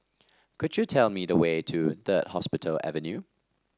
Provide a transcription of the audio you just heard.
could you tell me the way to Third Hospital Avenue